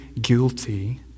guilty